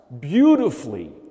beautifully